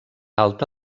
alta